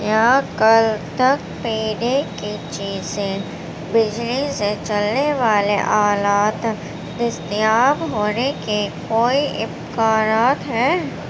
کیا کل تک پینے کی چیزیں بجلی سے چلنے والے آلات دستیاب ہونے کے کوئی امکانات ہیں